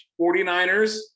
49ers